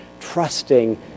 trusting